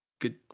Good